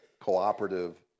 cooperative